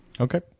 Okay